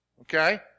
Okay